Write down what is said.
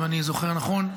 אם אני זוכר נכון,